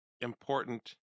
important